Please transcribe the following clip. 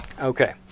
Okay